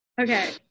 Okay